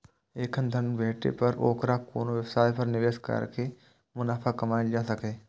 एखन धन भेटै पर ओकरा कोनो व्यवसाय मे निवेश कैर के मुनाफा कमाएल जा सकैए